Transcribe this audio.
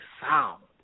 sound